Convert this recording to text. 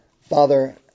Father